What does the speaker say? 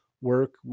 work